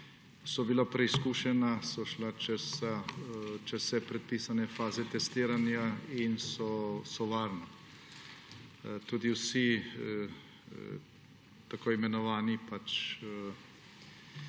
so bila preizkušena, so šla čez vse predpisane faze testiranja in so varna. Tudi vsi tako imenovani